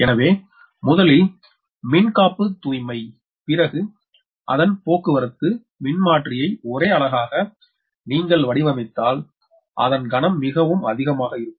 எனவே முதலில் மின்காப்பு தூய்மை பிறகு அதன் போக்குவரத்து மின்மாற்றியை ஒரே அலகாக நீங்கள் வடிவமைத்தால் அதன் கணம் மிகவும் அதிமாக இருக்கும்